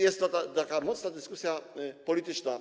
Jest to taka mocna dyskusja polityczna.